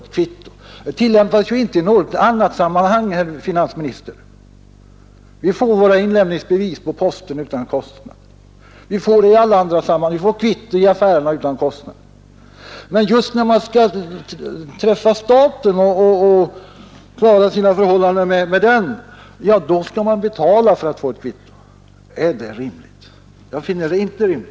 Ett system av det slag som det här är fråga om tillämpas inte i något annat sammanhang, herr finansminister. Vi får våra inlämningsbevis på posten utan kostnad. Vi får dem i alla andra sammanhang. Vi får kvitto i affärerna utan kostnad. Men just när man skall klara upp sina förhållanden med staten skall man betala för att få ett kvitto. Är det rimligt? Det tycker inte jag.